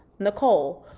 nicole,